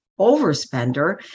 overspender